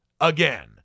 again